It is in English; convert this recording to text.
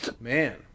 Man